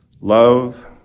love